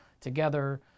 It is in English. together